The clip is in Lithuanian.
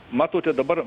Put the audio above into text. matote dabar